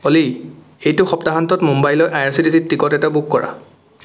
অ'লি এইটো সপ্তাহান্তত মুম্বাইলৈ আই আৰ চি টি চিত টিকট এটা বুক কৰা